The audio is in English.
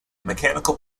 mechanical